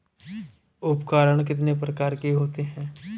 उपकरण कितने प्रकार के होते हैं?